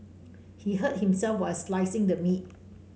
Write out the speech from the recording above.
he hurt himself while slicing the meat